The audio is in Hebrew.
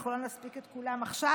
אנחנו לא נספיק את כולם עכשיו,